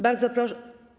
Bardzo proszę.